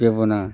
जेबो नाङा